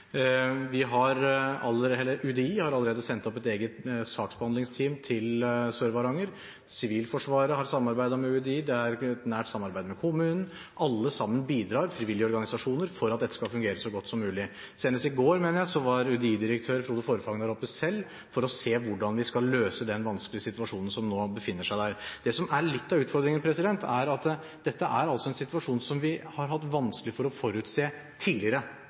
UDI har allerede sendt et eget saksbehandlingsteam til Sør-Varanger. Sivilforsvaret har samarbeidet med UDI, det er et nært samarbeid med kommunen. Alle sammen bidrar – også frivillige organisasjoner – for at dette skal fungere så godt som mulig. Senest i går, mener jeg, var UDI-direktør Frode Forfang der selv for å se hvordan vi skal løse den vanskelige situasjonen som nå er der. Det som er litt av utfordringen, er at dette altså er en situasjon som vi har hatt vanskelig for å forutse.